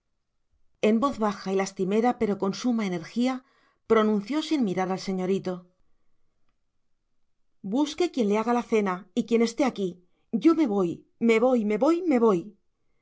en voz baja y lastimera pero con suma energía pronunció sin mirar al señorito busque quien le haga la cena y quien esté aquí yo me voy me voy me voy me voy